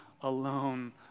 alone